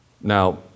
now